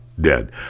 dead